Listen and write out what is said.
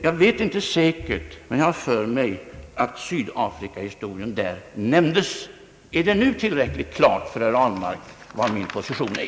Jag vet inte säkert, men jag har för mig att sydafrikaproblemet där nämndes. Är det nu tillräckligt klart för herr Ahlmark vilken min position är?